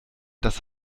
das